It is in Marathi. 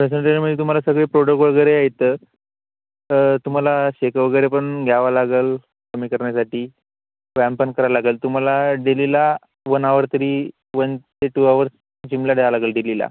प्रेसंट्रेशनमध्ये तुम्हाला सगळे प्रोडक्ट वगैरे येतं तुम्हाला शेक वगैरे पण घ्यावं लागेल कमी करण्यासाठी व्यायाम पण करायला लागेल तुम्हाला डेलीला वन आवर तरी वन ते टू आवरर्स जिमला द्यावं लागेल डेलीला